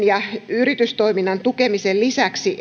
ja yritystoiminnan tukemisen lisäksi